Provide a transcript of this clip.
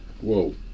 Whoa